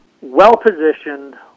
Well-positioned